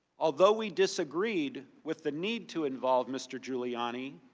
although we disagreed with the need to involve mr. giuliani,